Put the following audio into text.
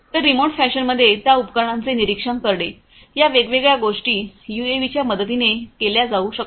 तर रिमोट फॅशनमध्ये त्या उपकरणांचे निरीक्षण करणे या वेगवेगळ्या गोष्टी यूएव्हीच्या मदतीने केल्या जाऊ शकतात